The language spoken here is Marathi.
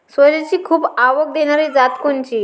सोल्याची खूप आवक देनारी जात कोनची?